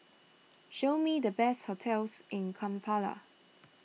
show me the best hotels in Kampala